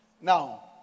Now